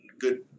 good